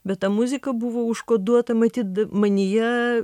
bet ta muzika buvo užkoduota matyt manyje